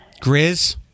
Grizz